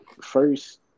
first